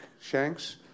Shanks